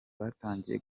batangiye